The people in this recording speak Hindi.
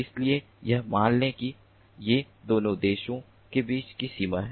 इसलिए यह मान लें कि ये दोनों देशों के बीच की सीमा है